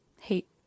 Hate